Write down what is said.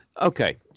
Okay